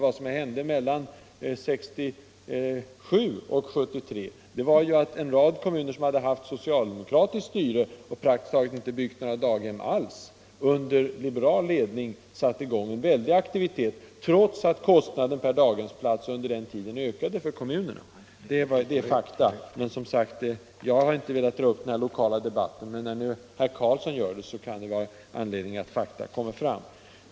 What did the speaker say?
Vad som hände mellan 1967 och 1973 var ju att en rad kommuner, som hade haft socialdemokratiskt styre och praktiskt taget inte byggt några daghem alls, under liberal ledning satte i gång en väldig aktivitet, trots att kostnaden per daghemsplats under den tiden ökade för kommunerna. Det är fakta. Jag har inte velat dra upp den här lokala debatten, men när nu herr Karlsson gör det så kan det finnas anledning tala om hur det ligger till.